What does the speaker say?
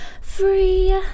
free